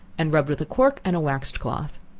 and rubbed with a cork and a waxed cloth.